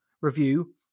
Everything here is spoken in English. Review